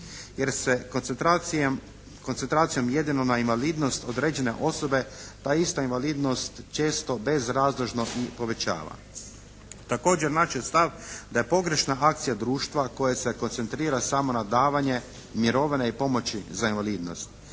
jer se koncentracijom jedino na invalidnost određene osobe ta ista invalidnost često bezrazložno povećava. Također naš je stav da je pogrešna akcija društva koja se koncentrira samo na davanje mirovine i pomoći za invalidnost